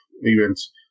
events